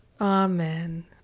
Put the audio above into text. Amen